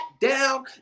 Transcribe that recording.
down